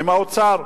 עם האוצר,